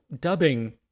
dubbing